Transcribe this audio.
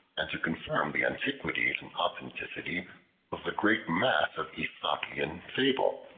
and to confirm the antiquity and authenticity of the great mass of aesopian fable.